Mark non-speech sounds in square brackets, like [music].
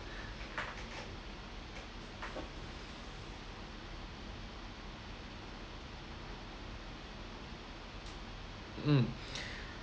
mm [breath]